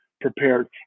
prepared